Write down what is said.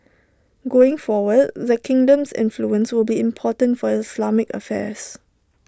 going forward the kingdom's influence will be important for Islamic affairs